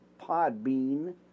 Podbean